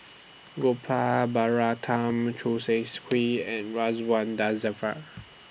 Gopal Baratham Choo Seng's Quee and Ridzwan Dzafir